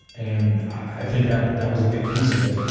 and i think that that was a big piece of it.